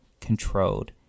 controlled